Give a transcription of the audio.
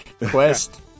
Quest